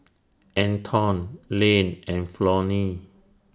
Anton Lane and Flonnie